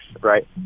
right